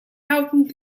album